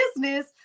business